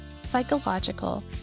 psychological